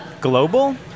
Global